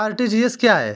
RTGS क्या है?